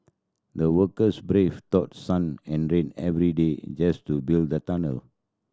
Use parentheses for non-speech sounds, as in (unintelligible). the workers braved (unintelligible) sun and rain every day just to build the tunnel